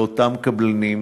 לאותם קבלנים,